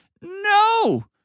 no